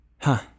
Huh